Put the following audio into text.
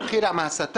זה התחיל עם הסתה,